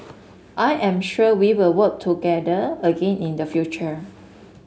I am sure we will work together again in the future